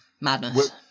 Madness